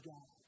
God